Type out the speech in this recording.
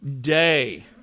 day